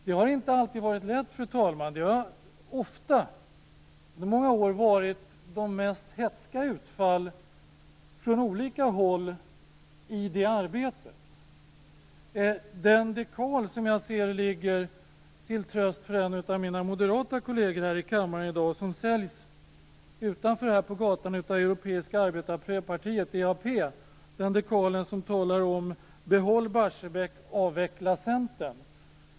Det har inte alltid varit lätt, fru talman. Det har under många år förekommit de mest hätska utfall från olika håll i det arbetet. Den dekal som jag ser ligger här till tröst för en av mina moderata kolleger här i kammaren i dag säljs utför på gatan av Europeiska arbetarpartiet, EAP. På den dekalen står det: Behåll Barsebäck - avveckla Centern.